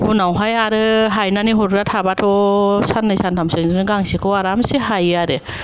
उनावहाय आरो हायनानै थाग्रा थाबाथ' साननै सानथामजोंनो गांसेखौ आरामसे हायो आरो